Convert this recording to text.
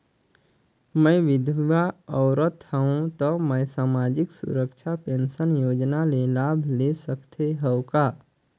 मैं विधवा औरत हवं त मै समाजिक सुरक्षा पेंशन योजना ले लाभ ले सकथे हव का?